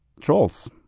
trolls